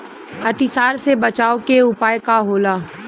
अतिसार से बचाव के उपाय का होला?